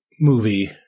movie